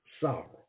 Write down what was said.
sorrow